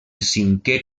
cinquè